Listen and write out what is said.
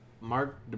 Mark